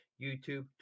YouTube